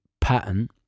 pattern